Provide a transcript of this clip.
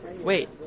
Wait